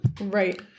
Right